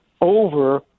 over